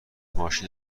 ماشین